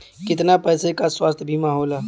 कितना पैसे का स्वास्थ्य बीमा होला?